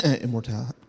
immortality